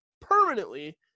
permanently